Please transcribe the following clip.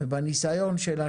ובניסיון של,